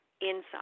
inside